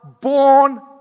born